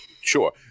sure